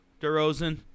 DeRozan